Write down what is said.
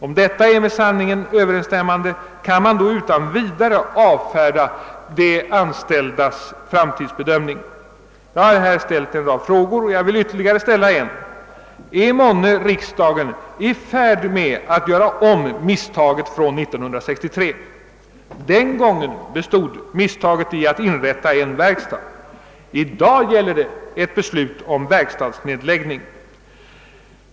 Om detta är med sanningen Överensstämmande, kan man då utan vidare avfärda de CVV-anställdas framtidsbedömning? Jag har här ställt en rad frågor, och jag vill ställa ytterligare en. Är månne riksdagen i färd med att göra om misstaget från 19632 Den gången bestod misstaget i att inrätta en verkstad. I dag gäller det ett beslut om en verkstads nedläggning.